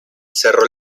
cerro